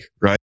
right